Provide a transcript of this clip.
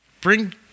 bring